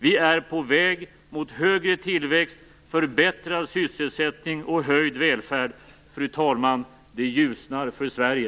Vi är på väg mot högre tillväxt, förbättrad sysselsättning och höjd välfärd. Fru talman! Det ljusnar för Sverige.